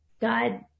God